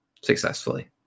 Successfully